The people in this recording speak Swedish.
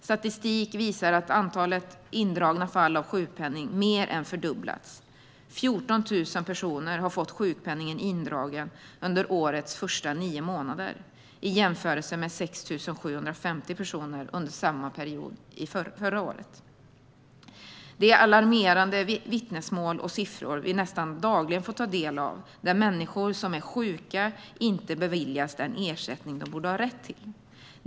Statistik visar att antalet fall av indragen sjukpenning mer än fördubblats. 14 000 personer har fått sjukpenningen indragen under årets första nio månader, i jämförelse med 6 750 personer under samma period förra året. Vi får nästan dagligen ta del av alarmerande vittnesmål och siffror som visar att människor som är sjuka inte beviljas den ersättning som de borde ha rätt till.